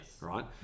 right